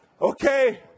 Okay